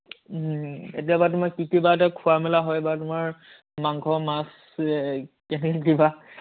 এতিয়া বা তোমাৰ কি কি বা তোমাৰ খোৱা মেলা হয় বা তোমাৰ মাংস মাছ যে কেনেকৈ কি বা